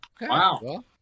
Wow